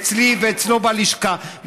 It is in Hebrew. אצלי ואצלו בלשכה,